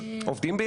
לכאורה,